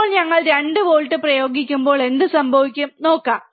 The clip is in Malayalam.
ഇപ്പോൾ ഞങ്ങൾ 2 വോൾട്ട് പ്രയോഗിക്കുമ്പോൾ എന്ത് സംഭവിക്കും നോക്കാം